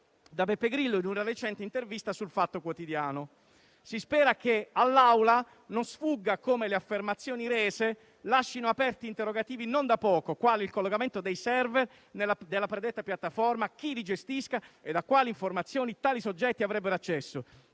da Beppe Grillo in una recente intervista su «il Fatto Quotidiano». Si spera che all'Assemblea non sfugga come le affermazioni rese lascino aperti interrogativi non da poco, quali il collegamento dei *server* della predetta piattaforma, chi li gestisca e a quali informazioni tali soggetti avrebbero accesso.